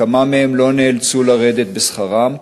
כמה לא נאלצו לרדת בשכרם?